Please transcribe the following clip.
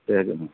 ᱴᱷᱤᱠ ᱦᱤᱡᱩᱜ ᱢᱮ